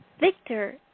Victor